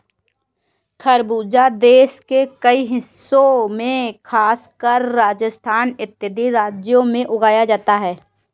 खरबूजा देश के कई हिस्सों में खासकर राजस्थान इत्यादि राज्यों में उगाया जाता है